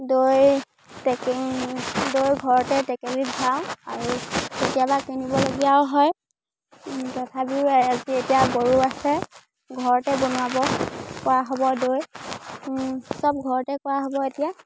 দৈ টেকেন দৈ ঘৰতে টেকেলীত ভৰাওঁ আৰু কেতিয়াবা কিনিবলগীয়াও হয় তথাপিও আজি এতিয়া গৰু আছে ঘৰতে বনাব পৰা হ'ব দৈ চব ঘৰতে কৰা হ'ব এতিয়া